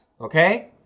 okay